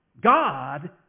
God